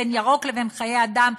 בין ירוק לחיי אדם,